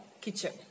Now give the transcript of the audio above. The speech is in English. kitchen